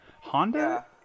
Honda